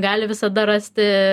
gali visada rasti